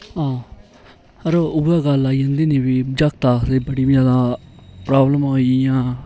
हां यरो उ'ऐ गल्ल आई जंदी निं भी जागत आखदे बड़ी जैदा प्राबलमां होई गेइयां